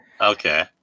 Okay